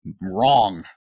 wrong